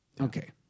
Okay